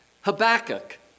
Habakkuk